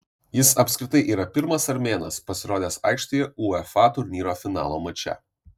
jis apskritai yra pirmas armėnas pasirodęs aikštėje uefa turnyro finalo mače